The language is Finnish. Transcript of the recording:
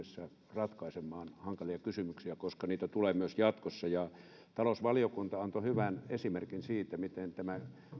ratkaisemaan hankalia kysymyksiä koska niitä tulee myös jatkossa talousvaliokunta antoi hyvän esimerkin siitä miten tämä